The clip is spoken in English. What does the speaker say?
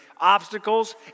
obstacles